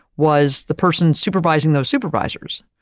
was the person supervising those supervisors,